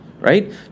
Right